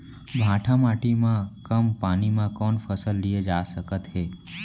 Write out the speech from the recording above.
भांठा माटी मा कम पानी मा कौन फसल लिए जाथे सकत हे?